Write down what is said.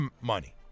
money